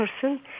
person